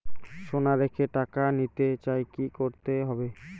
সোনা রেখে টাকা নিতে চাই কি করতে হবে?